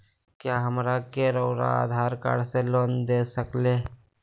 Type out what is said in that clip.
क्या हमरा के रहुआ आधार कार्ड से लोन दे सकेला?